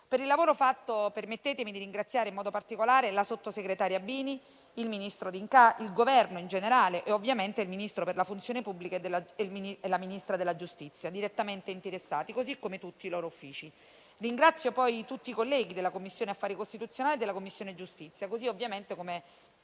Per il lavoro fatto, permettetemi di ringraziare in modo particolare la sottosegretaria Bini, il ministro D'Incà, il Governo in generale e, ovviamente, il Ministro per la funzione pubblica e la Ministra della giustizia, direttamente interessati, così come tutti i loro uffici. Ringrazio poi tutti i colleghi della Commissione affari costituzionali e della Commissione giustizia, così come